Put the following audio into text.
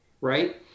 right